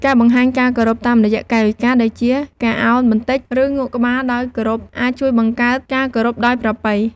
ការបង្ហាញការគោរពតាមរយៈកាយវិការ ដូចជាការ ឱនបន្តិច ឬងក់ក្បាលដោយគោរព អាចជួយបង្កើតការគោរពដោយប្រពៃ។